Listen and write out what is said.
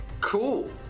Cool